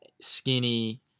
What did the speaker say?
skinny